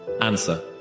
answer